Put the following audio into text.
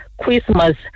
Christmas